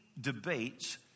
debates